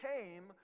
came